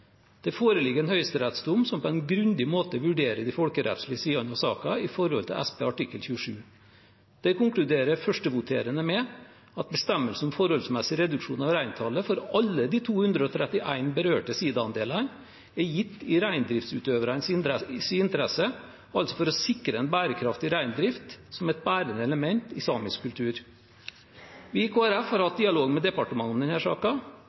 Det foreligger en høyesterettsdom som på en grundig måte vurderer de folkerettslige sidene av saken i henhold til SP artikkel 27. Der konkluderer førstevoterende med at bestemmelsen om forholdsmessig reduksjon av reintallet for alle de 231 berørte sidaandelene er gitt i reindriftsutøverens interesse, altså for å sikre en bærekraftig reindrift som et bærende element i samisk kultur. Vi i Kristelig Folkeparti har hatt en dialog med departementet om